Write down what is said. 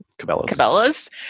Cabela's